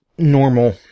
Normal